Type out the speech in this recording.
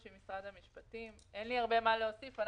משרד המשפטים אין לי הרבה מה להוסיף.